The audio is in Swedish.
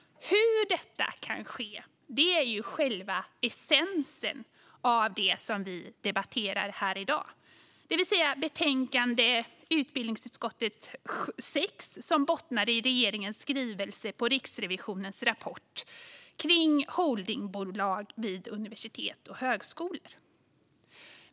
Hur detta kan ske är själva essensen av det som vi debatterar här i dag, det vill säga betänkandet UbU6 som bottnar i regeringens skrivelse med anledning av Riksrevisionens rapport om holdingbolag vid universitet och högskolor.